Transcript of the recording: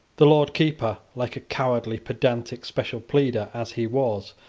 the lord keeper, like a cowardly pedantic special pleader as he was,